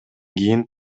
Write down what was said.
кийин